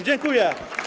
Dziękuję.